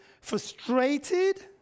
frustrated